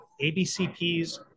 ABCPs